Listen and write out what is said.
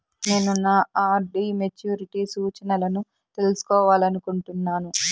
నేను నా RD maturity సూచనలను తెలుసుకోవాలనుకుంటున్నాను